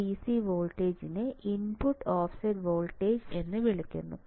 ഈ DC വോൾട്ടേജ്നെ input offset voltage എന്ന് വിളിക്കുന്നു